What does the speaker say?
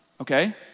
Okay